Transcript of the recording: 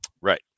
Right